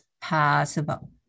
possible